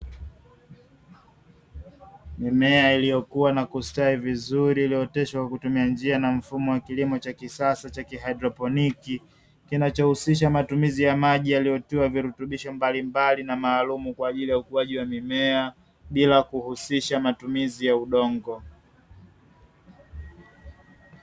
Mimea iliyokua na kustawi vizuri iliyooteshwa kwa kutumia njia na mfumo wa kilimo cha kisasa cha kihaidroponiki, kinachohusisha matumizi ya maji yaliyotiwa virutubisho mbalimbali na maalumu kwa ajili ya ukuaji wa mimea, bila kuhusisha matumizi ya udongo.